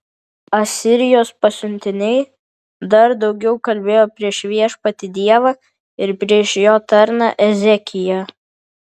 asirijos pasiuntiniai dar daugiau kalbėjo prieš viešpatį dievą ir prieš jo tarną ezekiją